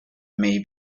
may